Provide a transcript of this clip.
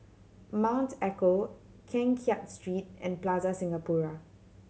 Mount Echo Keng Kiat Street and Plaza Singapura